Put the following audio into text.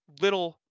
little